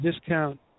discount